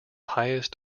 highest